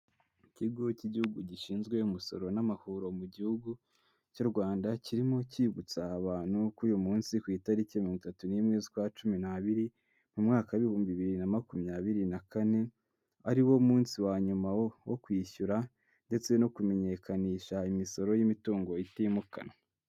Ikigo cy'igihugu gishinzwe umusoro n'amahoro mu gihugu cy'u Rwanda, kirimo cyibutsa abantu ko uyu munsi ku itariki mirongo itatu n'imwe z' ukwa cumi n'abiri mu mwaka ibihumbi bibiri na makumyabiri na kane. Ari wo munsi wa nyuma wo kwishyura ndetse no kumenyekanisha imisoro y'imitungo itimukanwa.